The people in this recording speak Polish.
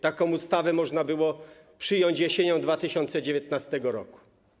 Taką ustawę można było przyjąć jesienią 2019 r.